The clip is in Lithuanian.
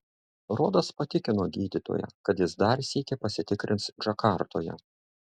rodas patikino gydytoją kad jis dar sykį pasitikrins džakartoje